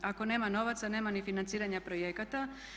Ako nema novaca nema ni financiranja projekata.